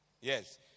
Yes